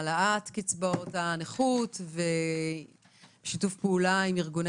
העלאת קצבאות הנכות ושיתוף פעולה עם ארגוני